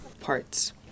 parts